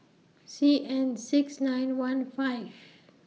C N six nine one five